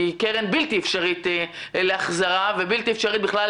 כי היא קרן בלתי אפשרית להחזרה ובלתי אפשרית בכלל